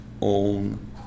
own